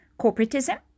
corporatism